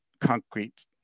concrete